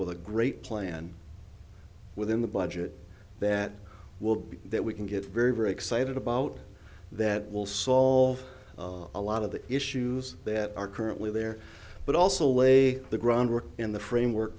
with a great plan within the budget that will be that we can get very very excited about that will solve a lot of the issues that are currently there but also lay the groundwork in the framework